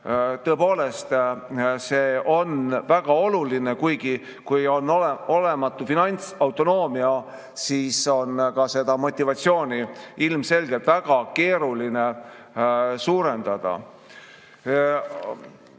arendamisel on väga oluline, kuigi kui on olematu finantsautonoomia, siis on ka motivatsiooni ilmselgelt väga keeruline suurendada.